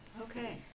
Okay